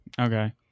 Okay